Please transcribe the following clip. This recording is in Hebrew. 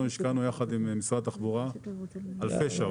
השקענו יחד עם משרד התחבורה אלפי שעות.